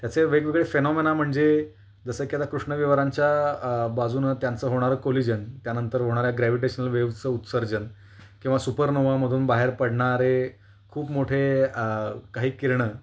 त्याचे वेगवेगळे फेनोमिना म्हणजे जसं की आता कृष्णविवरांच्या बाजूनं त्यांचं होणारं कोलीजन त्यानंतर होणाऱ्या ग्रॅविटेशनल वेव्हचं उत्सर्जन किंवा सुपरनोवामधून बाहेर पडणारे खूप मोठे काही किरणं